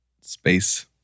Space